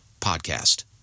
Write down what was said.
podcast